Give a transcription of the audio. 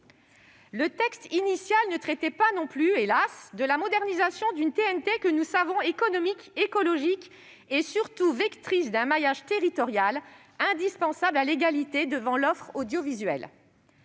Le texte initial ne traitait pas non plus, hélas ! de la modernisation d'une TNT que nous savons économique, écologique et surtout vectrice d'un maillage territorial indispensable à l'égalité devant l'offre audiovisuelle.